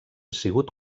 sigut